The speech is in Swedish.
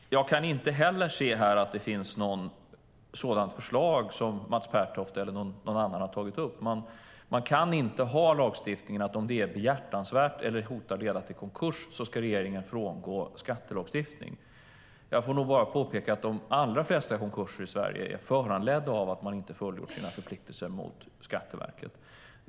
Jag kan inte heller se att det finns något sådant förslag som Mats Pertoft eller någon annan har tagit upp. Man kan inte ha en lagstiftning som innebär att regeringen, om det är behjärtansvärt eller hotar att leda till konkurs, ska frångå skattelagstiftning. Jag får nog bara påpeka att de allra flesta konkurser i Sverige är föranledda av att man inte har fullgjort sina förpliktelser mot Skatteverket.